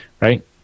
right